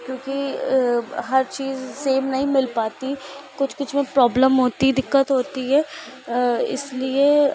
क्योंकि हर चीज़ सेम नहीं मिल पाती कुछ कुछ में प्रॉब्लम होती दिक्कत होती है इसलिए